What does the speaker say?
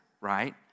right